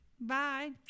Bye